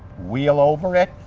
wheel over it,